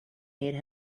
made